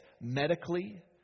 medically